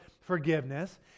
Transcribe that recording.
forgiveness